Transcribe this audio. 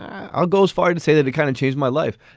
i'll go as far to say that it kind of changed my life.